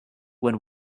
when